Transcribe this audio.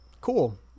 Cool